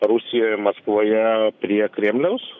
rusijoje maskvoje prie kremliaus